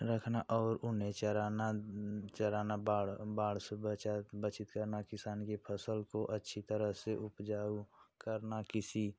रखना और उन्हें चराना चराना बाढ़ बाढ़ से बचा बचीत करना किसान की फसल को अच्छी तरह से उपजाऊ करना किसी